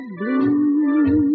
blue